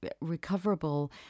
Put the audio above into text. recoverable